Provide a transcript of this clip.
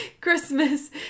Christmas